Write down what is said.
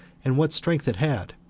and what strength it had,